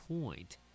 point